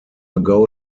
ago